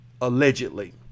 allegedly